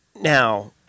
Now